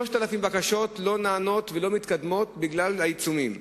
3,000 בקשות לא נענות ולא מתקדמות בגלל העיצומים.